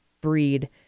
breed –